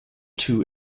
two